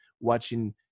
watching